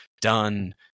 done